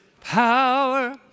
power